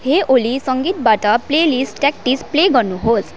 हे ओली सङ्गीतबाट playlist tactics play गर्नु होस्